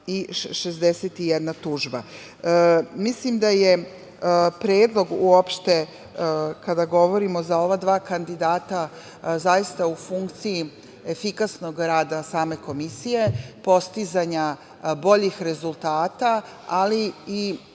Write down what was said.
i 61 tužba. Mislim da je uopšte predlog, kada govorimo o ova dva kandidata, zaista u funkciji efikasnog rada same Komisije, postizanja boljih rezultata, ali i